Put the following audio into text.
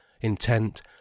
intent